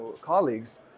colleagues